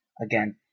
again